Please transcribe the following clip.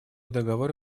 договор